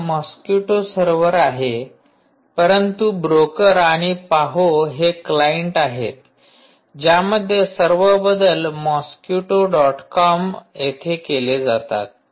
हा mosquito server आहे परंतु ब्रोकर आणि पाहो हे क्लाइंट आहेत ज्यामध्ये सर्व बदल मॉस्किटो डॉट कॉम येथे केले जातात